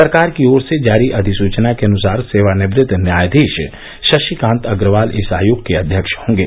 सरकार की ओर जारी अधिसुचना के अनुसार सेवानिवृत्त न्यायाधीश शशिकांत अग्रवाल इस आयोग के अध्यक्ष होंगे